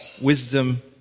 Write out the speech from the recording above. wisdom